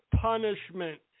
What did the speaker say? punishment